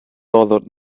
bothered